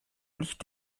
nicht